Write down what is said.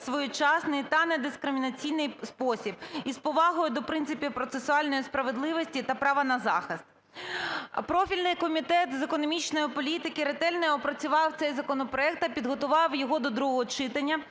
своєчасний та недискримінаційний спосіб і з повагою до принципів процесуальної справедливості та права на захист. Профільний Комітет з економічної політики ретельно опрацював цей законопроект та підготував його до другого читання.